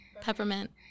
peppermint